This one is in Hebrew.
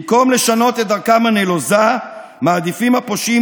במקום לשנות את דרכם הנלוזה מעדיפים הפושעים